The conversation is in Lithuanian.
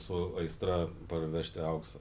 su aistra parvežti auksą